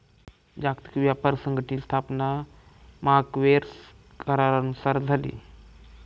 जागतिक व्यापार संघटनेची स्थापना मार्क्वेस करारानुसार झाली